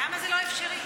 למה זה לא אפשרי?